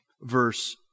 verse